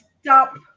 stop